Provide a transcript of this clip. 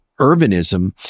urbanism